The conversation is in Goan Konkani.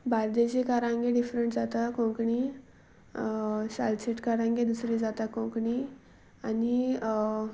बार्देशीकारांगे डिफरंट जाता कोंकणी सालसट कारांगे दुसरी जाता कोंकणी आनी